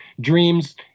Dreams